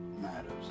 matters